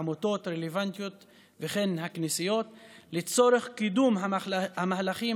עמותות רלוונטיות וכן הכנסיות לצורך קידום המהלכים